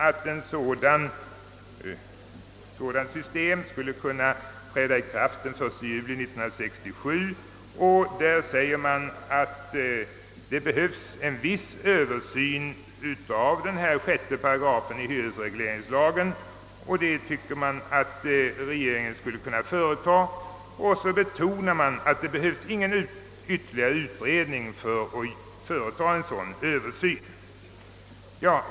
Ett sådant system anser hyresrådet kunna träda i kraft den 1 juli 1967, och rådet säger i sammanhanget att en viss översyn av 6 § i hyresregleringslagen behöver företagas. Och så betonar man att det inte behövs någon ytterligare utredning för att företa en sådan översyn.